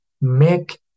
make